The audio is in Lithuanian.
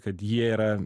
kad jie yra